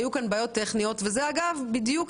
היו כאן בעיות טכניות וזה יכול ללמדנו